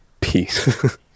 peace